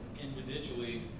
individually